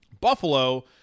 Buffalo